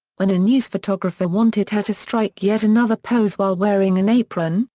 when a news photographer wanted her to strike yet another pose while wearing an apron,